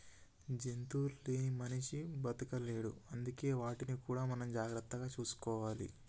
జంతువులు లేని మనిషి బతకలేడు అందుకే వాటిని కూడా మనం జాగ్రత్తగా చూసుకోవాలి